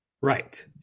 Right